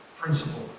principle